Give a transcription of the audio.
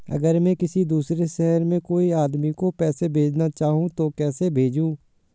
अगर मैं किसी दूसरे शहर में कोई आदमी को पैसे भेजना चाहूँ तो कैसे भेजूँ?